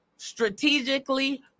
strategically